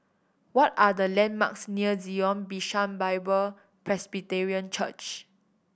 what are the landmarks near Zion Bishan Bible Presbyterian Church